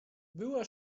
była